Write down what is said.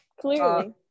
Clearly